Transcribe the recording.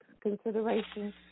consideration